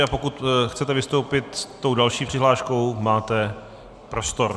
A pokud chcete vystoupit s další přihláškou, máte prostor.